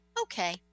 okay